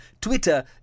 Twitter